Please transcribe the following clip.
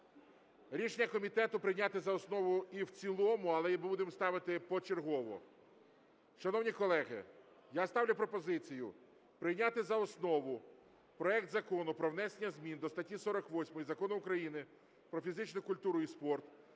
Рішення комітету: прийняти за основу і в цілому. Але будемо ставити почергово. Шановні колеги, я ставлю пропозицію прийняти за основу проект Закону про внесення змін до статті 48 Закону України "Про фізичну культуру і спорт"